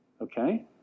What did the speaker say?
Okay